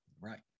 Right